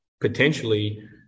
Potentially